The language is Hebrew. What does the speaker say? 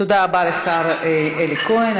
תודה רבה לשר אלי כהן.